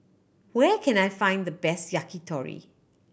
where can I find the best Yakitori